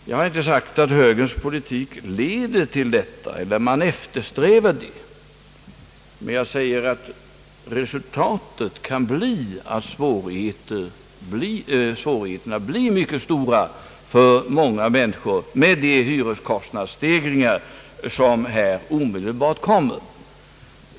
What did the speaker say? Jag har inte sagt att högerns politik leder till detta resultat eller att man eftersträvar det, men jag säger att resultatet kan bli att svårigheterna blir mycket stora för många människor med de hyreskostnadsstegringar, som här omedelbart kommer.